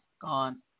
gone